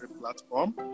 platform